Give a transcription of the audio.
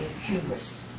Humorous